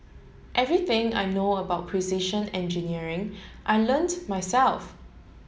everything I know about precision engineering I learnt myself